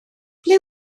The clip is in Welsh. ble